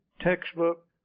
textbook